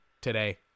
today